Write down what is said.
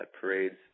parades